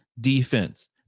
defense